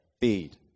feed